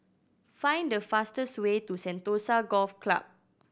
find the fastest way to Sentosa Golf Club